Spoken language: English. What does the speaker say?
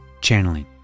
Channeling